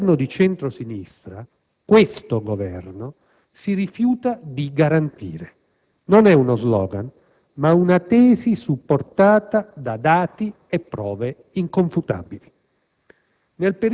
che il Governo di centro-sinistra, questo Governo, si rifiuta di garantire. Non è uno *slogan*, ma una tesi supportata da dati e prove inconfutabili.